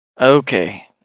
Okay